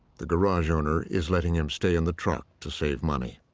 the garage owner is letting him stay in the truck to save money.